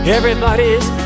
Everybody's